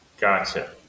gotcha